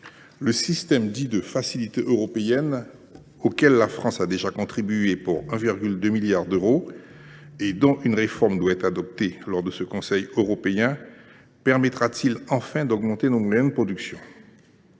Le système dit de Facilité européenne pour la paix, auquel la France a déjà contribué à hauteur de 1,2 milliard d’euros et dont une réforme doit être adoptée lors de ce Conseil européen, permettra t il enfin d’augmenter nos moyens de production,